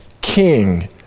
king